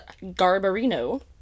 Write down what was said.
Garbarino